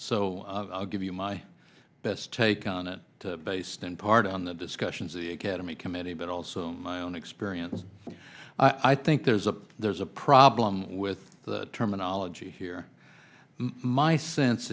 so i'll give you my best take on it based in part on the discussions of the academy committee but also my own experience i think there's a there's a problem with the terminology here my sense